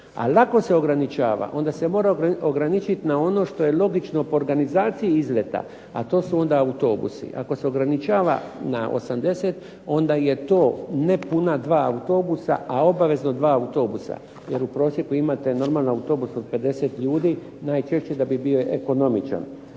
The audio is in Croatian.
Ali ako se ograničava onda se mora ograničit na ono što je logično po organizaciji izleta, a to su onda autobusi. Ako se ograničava na 80 onda je to nepuna dva autobusa, a obavezno dva autobusa jer u prosjeku imate normalan autobus od 50 ljudi najčešće da bi bio ekonomičan.